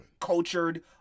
Cultured